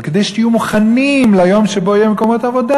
אבל כדי שתהיו מוכנים ליום שבו יהיו מקומות עבודה,